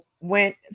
went